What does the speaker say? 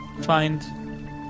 find